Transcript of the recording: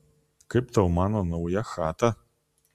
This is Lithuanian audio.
kaip tau mano nauja chata